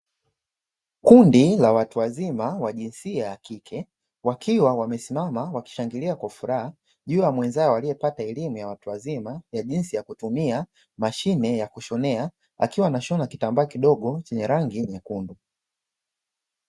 Kundi la watu wazima wa jinsia ya kike wakiwa wamesimama wakishangilia kwa furaha juu ya mwenzao aliyepata elimu ya watu wazima, ya jinsi ya kutumia mashine ya kushonea akiwa anashona kitambaa kidogo chenye rangi nyekundu.